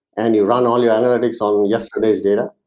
and you run all your analytics on yesterday's data.